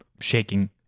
shaking